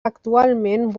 actualment